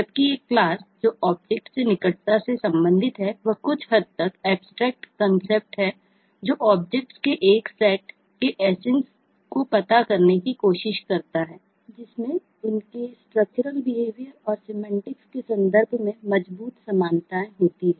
जबकि एक क्लास हैं